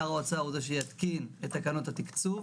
שר האוצר הוא זה שיתקין את תקנות התקצוב,